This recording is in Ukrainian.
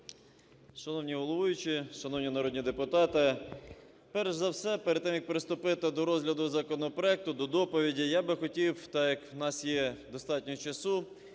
Шановна головуюча, шановні народні депутати, перш за все, перед тим як приступити до розгляду законопроекту, до доповіді, я би хотів, так як у нас є достатньо часу,